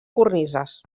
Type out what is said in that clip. cornises